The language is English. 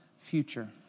Future